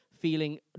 feeling